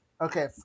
Okay